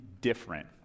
different